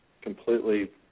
completely